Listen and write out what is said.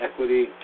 Equity